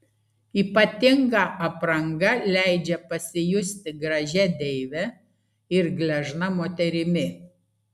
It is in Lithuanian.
ypatinga apranga leidžia pasijusti gražia deive ir gležna moterimi